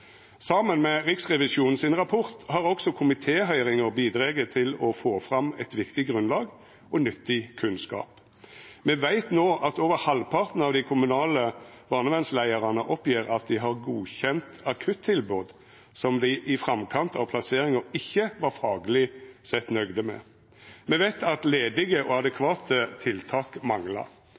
Saman med Riksrevisjonens rapport har også komitéhøyringa bidrege til å få fram eit viktig grunnlag og nyttig kunnskap. Me veit no at over halvparten av dei kommunale barnevernsleiarane oppgjev at dei har godkjent akuttilbod som dei i framkant av plasseringa ikkje var fagleg nøgde med. Me veit at ledige og adekvate tiltak manglar.